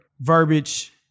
verbiage